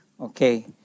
Okay